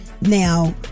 Now